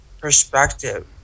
perspective